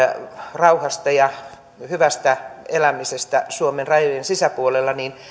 rauhasta ja hyvästä elämisestä suomen rajojen sisäpuolella niin